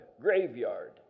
graveyard